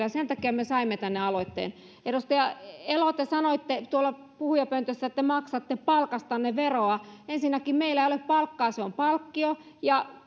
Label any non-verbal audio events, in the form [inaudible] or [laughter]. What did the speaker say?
[unintelligible] ja sen takia me me saimme tänne aloitteen edustaja elo te sanoitte tuolla puhujapöntössä että te maksatte palkastanne veroa ensinnäkään meillä ei ole palkkaa se on palkkio ja [unintelligible]